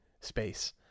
space